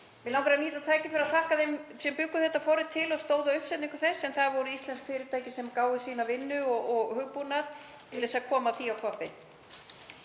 Mig langar að nýta tækifærið og þakka þeim sem bjuggu þetta forrit til og stóðu að uppsetningu þess en það voru íslensk fyrirtæki sem gáfu sína vinnu og hugbúnað til að koma því á koppinn.